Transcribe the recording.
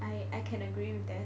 I I can agree with that but